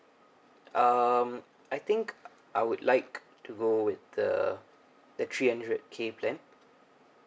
um I think I would like to go with the the three hundred k plan